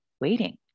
waiting